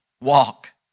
walk